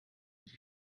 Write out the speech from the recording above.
die